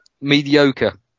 mediocre